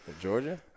Georgia